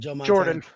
Jordan